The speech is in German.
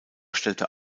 stellte